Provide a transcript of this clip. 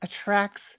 attracts